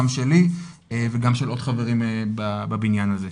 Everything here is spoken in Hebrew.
גם שלי וגם של עוד חברים בבניין הזה,